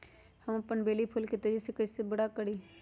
हम अपन बेली फुल के तेज़ी से बरा कईसे करी?